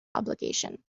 obligation